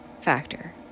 factor